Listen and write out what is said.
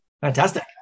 Fantastic